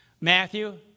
Matthew